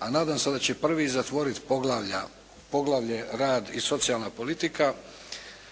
a nadam se da će prvi i zatvoriti poglavlja, poglavlje rad i socijalna politika